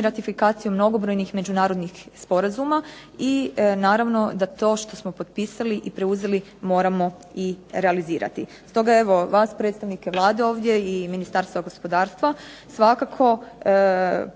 ratifikacije mnogobrojnih međunarodnih sporazuma i naravno da to što smo potpisali i preuzeli moramo i realizirati. Stoga evo vas predstavnike Vlade ovdje i Ministarstva gospodarstva svakako